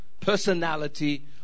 personality